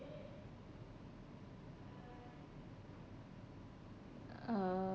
uh